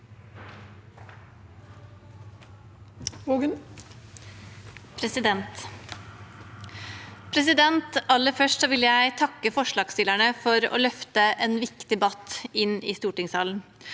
for saken): Aller først vil jeg takke forslagsstillerne for å løfte en viktig debatt inn i stortingssalen.